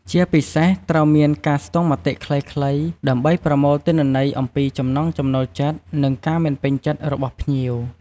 ជាពិសេសត្រូវតែមានការស្ទង់មតិខ្លីៗដើម្បីប្រមូលទិន្នន័យអំពីចំណង់ចំណូលចិត្ត និងការមិនពេញចិត្តរបស់ភ្ញៀវ។